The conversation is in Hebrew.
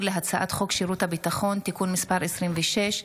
להצעת חוק שירות ביטחון (תיקון מס' 26,